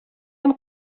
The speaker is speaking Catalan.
amb